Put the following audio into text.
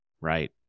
Right